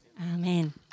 Amen